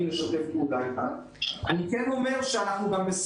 לשתף פעולה איתנו --- אנחנו הבנו את תחילת התהליך.